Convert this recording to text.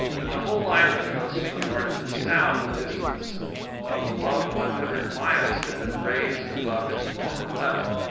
but the whole line of the coast from north to south, a distance of above one hundred miles, had been raised above its former level.